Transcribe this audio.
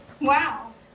Wow